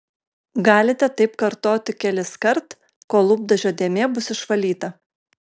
galite taip kartoti keliskart kol lūpdažio dėmė bus išvalyta